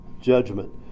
judgment